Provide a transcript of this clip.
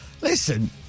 Listen